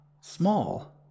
small